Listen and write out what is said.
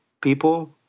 people